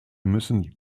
müssen